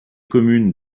communes